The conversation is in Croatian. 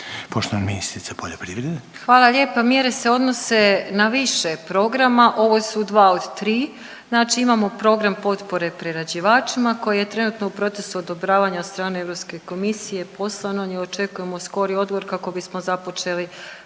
Poštovana ministrica poljoprivrede. **Vučković, Marija (HDZ)** Hvala lijepa. Mjere se odnose na više programa. Ovo su dva od tri. Znači imamo program potpore prerađivačima koji je trenutno u procesu odobravanja od strane Europske komisije, poslan, očekujemo skori odgovor kako bismo započeli